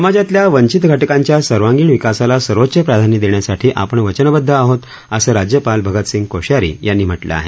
समाजातल्या वंचित घटकांच्या सर्वांगीण विकासाला सर्वोच्च प्राधान्य देण्यासाठी आपण वचनबद्ध आहोत असं राज्यपाल भगतसिंह कोश्यारी यांनी म्हटलं आहे